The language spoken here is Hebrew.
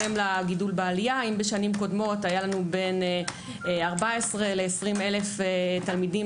אם בשנים קודמות היו לנו בין 14,000 ל-20,000 תלמידים